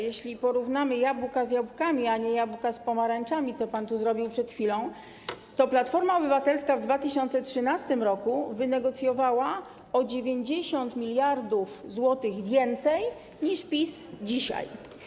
Jeśli porównany jabłka z jabłkami, a nie jabłka z pomarańczami, co pan zrobił przed chwilą, to Platforma Obywatelska w 2013 r. wynegocjowała o 90 mld zł więcej niż PiS dzisiaj.